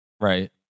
Right